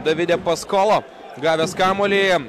davide paskolo gavęs kamuolį